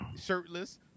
Shirtless